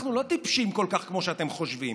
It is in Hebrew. אנחנו לא טיפשים כל כך כמו שאתם חושבים,